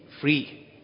free